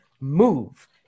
move